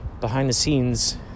behind-the-scenes